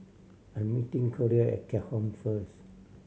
I'm meeting Collier at Keat Hong first